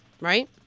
Right